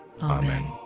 Amen